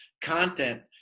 content